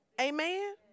Amen